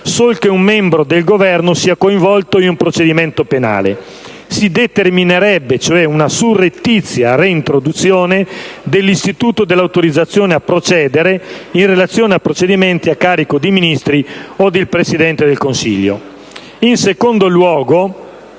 sol che un membro del Governo sia coinvolto in un procedimento penale. Si determinerebbe cioè una surrettizia reintroduzione dell'istituto dell'autorizzazione a procedere in relazione ai procedimenti a carico di Ministri o del Presidente del Consiglio. In secondo luogo,